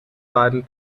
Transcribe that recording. beiden